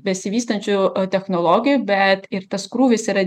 besivystančių technologijų bet ir tas krūvis yra